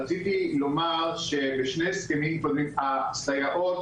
רציתי לומר שבשני הסכמים קודמים הסייעות